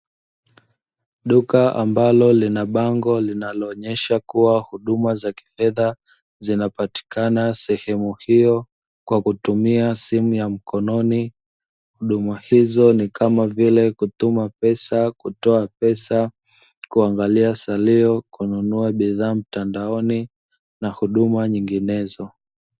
Duka ambalo lina bango linaloonyesha kuwa huduma za kifedha zinapatikana sehemu hiyo kwa kutumia simu ya mkononi huduma hizo ni kama vile kutuma pesa, kutoa pesa, kuangalia salio, kununua bidhaa mtandaoni na huduma nyinginezo.